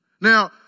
Now